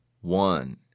One